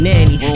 Nanny